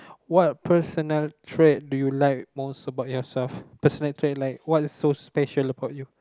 what personal trait do you like most about yourself personal trait like what is so special about you